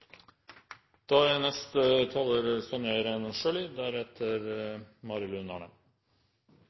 Da er neste taler representanten Dagrun Eriksen, og deretter